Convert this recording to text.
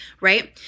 right